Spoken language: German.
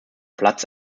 platz